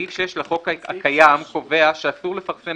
סעיף 6 לחוק הקיים קובע שאסור לפרסם